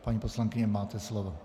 Paní poslankyně, máte slovo.